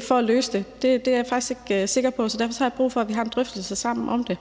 for at løse det, er jeg faktisk ikke sikker på. Så derfor har jeg brug for, at vi har en drøftelse sammen om det.